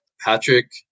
Patrick